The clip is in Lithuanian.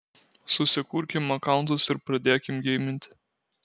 susikurkim akauntus ir pradėkim geiminti